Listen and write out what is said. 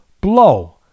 blow